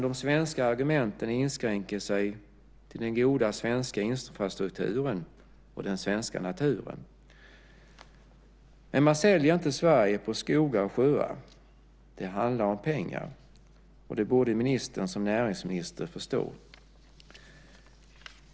De svenska argumenten inskränker sig till den goda svenska infrastrukturen och den svenska naturen. Men man säljer inte Sverige på skogar och sjöar. Det handlar om pengar, och det borde ministern som näringsminister förstå.